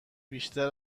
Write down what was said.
بیشتر